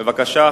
בבקשה,